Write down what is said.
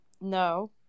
No